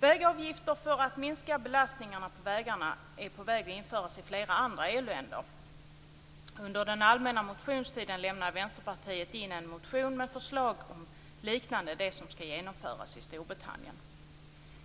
Vägavgifter för att minska belastningen på vägarna är på väg att införas i flera andra EU-länder. Under den allmänna motionstiden lämnade Vänsterpartiet in en motion med förslag liknande det som skall genomföras i Storbritannien.